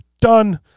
done